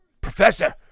Professor